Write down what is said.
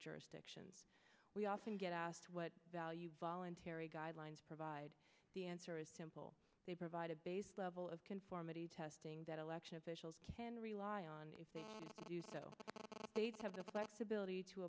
jurisdictions we often get asked what value voluntary guidelines provide the answer is simple they provide a level of conformity testing that election officials can rely on if they do still have the flexibility to